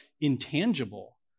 intangible